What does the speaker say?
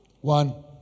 One